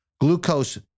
Glucose